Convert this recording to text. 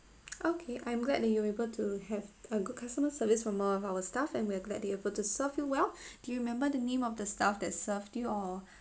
okay I'm glad that you're able to have a good customer service from more of our staff and we're glad they're able to serve you well do you remember the name of the staff that served you or